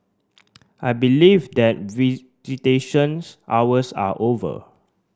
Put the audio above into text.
I believe that visitations hours are over